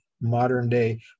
modern-day